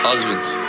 Husbands